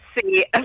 see